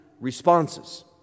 responses